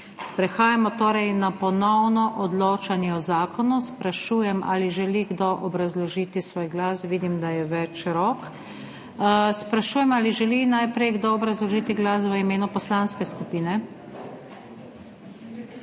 Prehajamo torej na ponovno odločanje o zakonu. Sprašujem, ali želi kdo obrazložiti svoj glas? (Da.) Vidim, da je več rok. Sprašujem ali želi najprej kdo obrazložiti glas v imenu poslanske skupine?